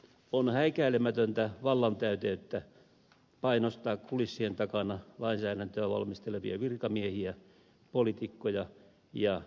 on häikäilemätöntä vallantäyteyttä painostaa kulissien takana lainsäädäntöä valmistelevia virkamiehiä poliitikkoja ja etujärjestöjä